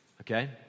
Okay